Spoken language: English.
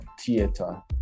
theater